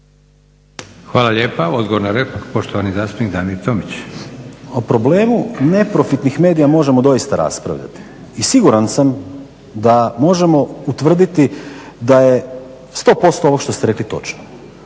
Hvala lijepa. Odgovor na repliku, poštovani zastupnik Damir Tomić. **Tomić, Damir (SDP)** O problemu neprofitnih medija možemo doista raspravljati i siguran sam da možemo utvrditi da je 100% ovog što ste rekli točno,